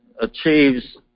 achieves